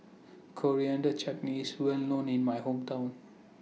Coriander Chutney IS Well known in My Hometown